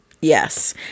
Yes